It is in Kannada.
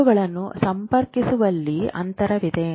ವಸ್ತುಗಳನ್ನು ಸಂಪರ್ಕಿಸುವಲ್ಲಿ ಅಂತರವಿದೆ